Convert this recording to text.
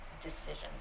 decisions